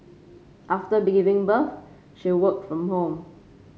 after giving birth she worked from home